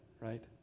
right